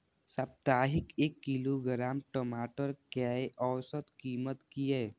साप्ताहिक एक किलोग्राम टमाटर कै औसत कीमत किए?